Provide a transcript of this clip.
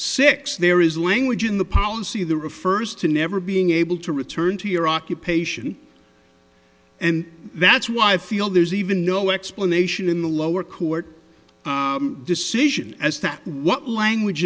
six there is language in the policy the refers to never being able to return to your occupation and that's why i feel there's even no explanation in the lower court decision as to what language